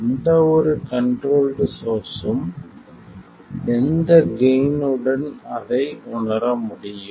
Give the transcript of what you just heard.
எந்த ஒரு கண்ட்ரோல்ட் சோர்ஸ்ஸும் எந்த கெய்ன் உடன் அதை உணர முடியும்